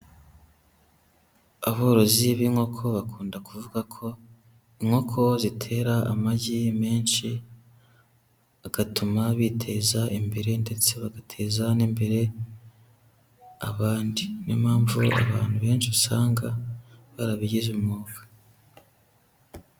Aborozi b'inkoko bakunda kuvuga ko inkoko zitera amagi menshi, agatuma biteza imbere ndetse bagateza n'imbere abandi. Ni yo mpamvu abantu benshi usanga barabigize umwuga.